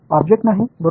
object नाही बरोबर